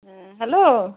হ্যাঁ হ্যালো